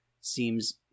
seems